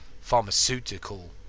pharmaceutical